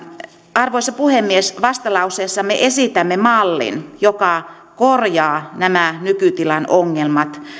arvoisa puhemies vastalauseessamme esitämme mallin joka korjaa nämä nykytilan ongelmat